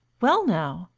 well now,